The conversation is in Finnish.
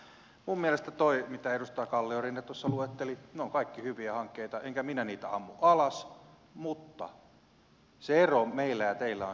minun mielestäni nuo mitä edustaja kalliorinne tuossa luetteli ovat kaikki hyviä hankkeita enkä minä niitä ammu alas mutta se ero meillä ja teillä on se että te ammutte sitten ydinvoiman alas